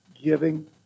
giving